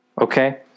Okay